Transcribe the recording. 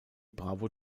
bravo